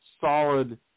solid